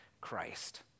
Christ